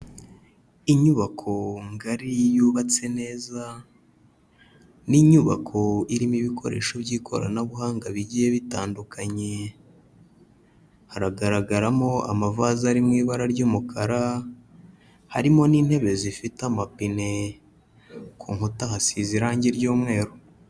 Inyubako ngari yubatse neza, ni inyubako irimo ibikoresho by'ikoranabuhanga bigiye bitandukanye. Haragaragaramo ama vaze ari mu ibara ry'umukara, harimo n'intebe zifite amapine. Ku nkuta hasize irangi ry'umweru.